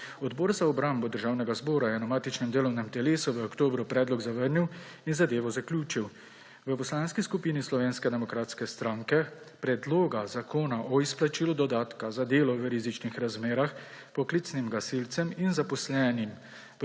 Odbor za obrambo Državnega zbora je na matičnem delovnem telesu v oktobru predlog zavrnil in zadevo zaključil. V Poslanski skupini Slovenske demokratske stranke Predloga zakona o izplačilu dodatka za delo v rizičnih razmerah poklicnim gasilcem in zaposlenim